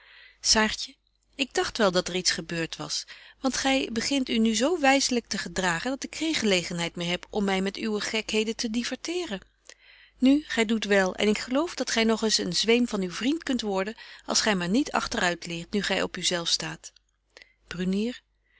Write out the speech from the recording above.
saartje ik dagt wel dat er iets gebeurt was want gy begint u nu zo wyzelyk te gedragen dat ik geen gelegenheid meer heb om my met uwe gekheden te diverteeren nu gy doet wel en ik geloof dat gy nog eens een zweem van uw vriend kunt worden als gy maar niet agter uit leert nu gy op u zelf staat brunier